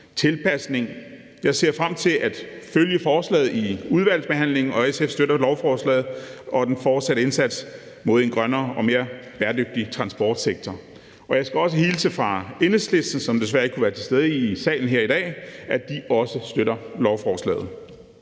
tilpasning. Jeg ser frem til at følge forslaget i udvalgsbehandlingen, og SF støtter lovforslaget og den fortsatte indsats for en grønnere og mere bæredygtig transportsektor. Jeg skal også hilse fra Enhedslisten, som desværre ikke kunne være til stede i salen her i dag, og sige, at de også støtter lovforslaget.